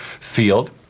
field